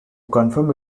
confirm